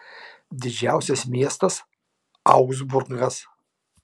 didžiausias miestas augsburgas